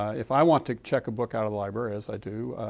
if i want to check a book out of the library as i do,